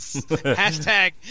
Hashtag